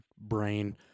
brain